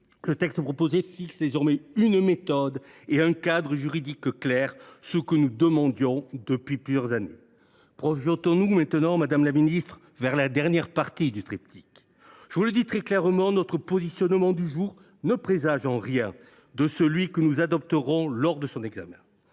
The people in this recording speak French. le texte proposé fixe désormais une méthode et un cadre juridique clair, ce que nous demandions depuis plusieurs années. Projetons nous désormais, madame la ministre, vers la dernière partie du triptyque. Je vous le dis très clairement : notre positionnement du jour ne présage en rien de celui que nous adopterons lors de son examen.